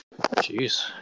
Jeez